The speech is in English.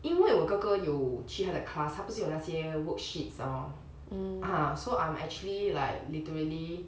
因为我哥哥有去他的 class 他不是有哪些 worksheets lor ah so I'm actually like literally